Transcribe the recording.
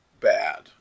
Bad